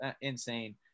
Insane